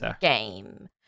game